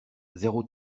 zéro